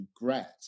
regret